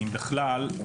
אם בכלל,